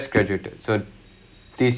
she just graduated ah